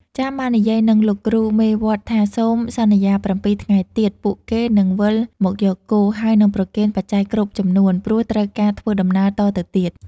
ចាមបាននិយាយនឹងលោកគ្រូមេវត្តថាសូមសន្យា ៧ ថ្ងៃទៀត ពួកគេនឹងវិលមកយកគោ ហើយនឹងប្រគេនបច្ច័យគ្រប់ចំនួន ព្រោះត្រូវការធ្វើដំណើរតទៅទៀត។